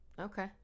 Okay